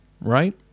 right